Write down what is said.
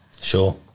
Sure